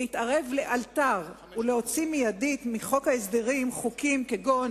להתערב לאלתר ולהוציא מייד מחוק ההסדרים חוקים כגון